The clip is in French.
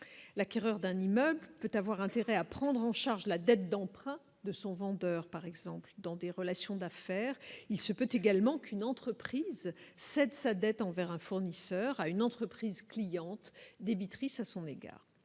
l'acquéreur d'un immeuble peut avoir intérêt à prendre en charge la dette d'emprunt de son vendeur, par exemple dans des relations d'affaires, il se peut également qu'une entreprise cette sa dette envers un fournisseur à une entreprise cliente débitrice à son égard.